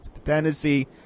Tennessee